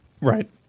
Right